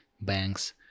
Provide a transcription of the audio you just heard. banks